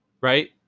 right